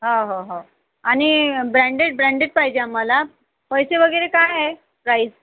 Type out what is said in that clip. हो हो हो आणि ब्रँडेड ब्रँडेड पाहिजे आम्हाला पैसे वगैरे काय आहे प्राईस